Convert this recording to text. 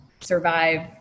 survive